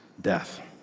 death